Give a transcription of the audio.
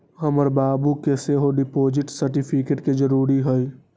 हमर बाबू के सेहो डिपॉजिट सर्टिफिकेट के जरूरी हइ